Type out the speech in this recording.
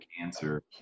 cancer